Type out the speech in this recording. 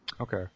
Okay